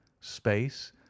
space